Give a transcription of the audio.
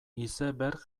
iceberg